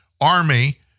army